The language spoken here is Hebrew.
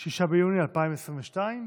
(6 ביוני 2022)